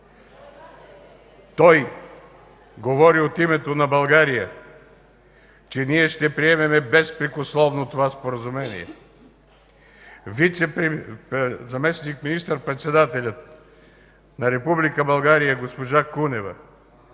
Той говори от името на България, че ние ще приемем безпрекословно това Споразумение. Заместник министър-председателят на Република България госпожа Кунева